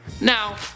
Now